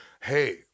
hey